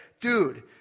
dude